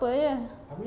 jer